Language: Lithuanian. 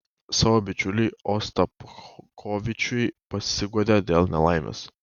savo bičiuliui ostapkovičiui pasiguodė dėl nelaimės